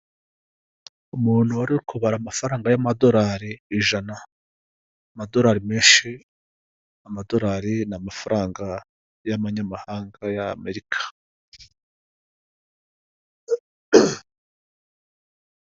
Umuntu wariru kubara amafaranga y'amadolari ijana amadolari menshi, amadolari n'amafaranga y'amanyamahanga y'abanyamerika.